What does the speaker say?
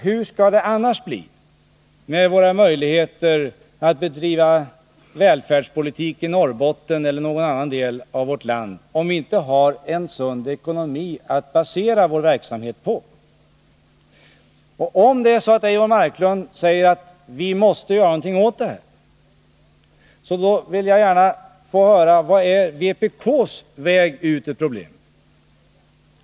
Hur skall det bli med våra möjligheter att bedriva välfärdspolitik i Norrbotten eller någon annan del av vårt land, om vi inte har en sund ekonomi att basera vår verksamhet på? Om Eivor Marklund säger att vi måste göra någonting åt detta, vill jag gärna höra vad som är vpk:s väg ut ur problemen.